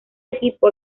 equipo